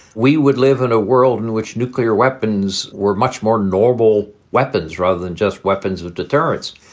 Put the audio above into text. we would live in a world in which nuclear weapons were much more normal weapons rather than just weapons of deterrence.